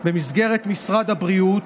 במסגרת משרד הבריאות,